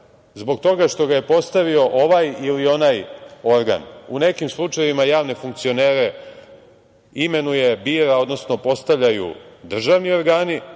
zbog toga što ga je postavio ovaj ili onaj organ. U nekim slučajevima javne funkcionere imenuje, bira odnosno postavljaju državni organi,